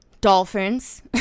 dolphins